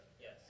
Yes